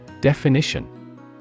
Definition